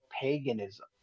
paganism